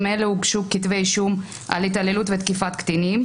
אלה כתבי אישום על התעללות ותקיפת קטינים.